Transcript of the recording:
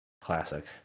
Classic